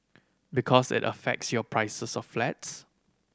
because it affects your prices of flats